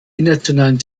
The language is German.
internationalen